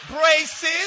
braces